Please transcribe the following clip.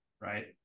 right